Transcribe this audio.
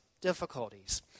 difficulties